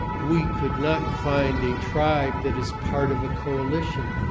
we could not find a tribe that is part of a coalition.